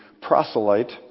proselyte